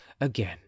again